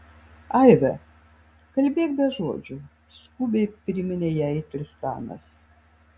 aive kalbėk be žodžių skubiai priminė jai tristanas